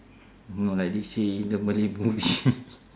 know like this scene the malay movie